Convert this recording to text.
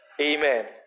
Amen